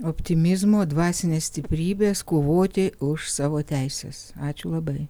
optimizmo dvasinės stiprybės kovoti už savo teises ačiū labai